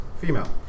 female